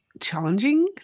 challenging